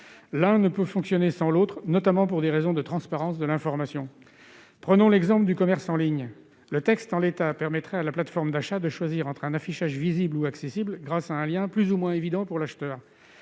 L'une ne peut fonctionner sans l'autre, notamment pour des raisons de transparence de l'information. Prenons l'exemple du commerce en ligne : le texte, en l'état, permettrait à la plateforme d'achat de choisir entre un affichage visible et un affichage accessible un lien plus ou moins évident pour l'acheteur.